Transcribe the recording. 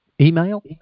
email